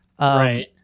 Right